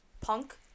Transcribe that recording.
punk